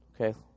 okay